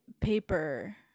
paper